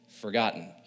forgotten